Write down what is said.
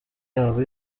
yabo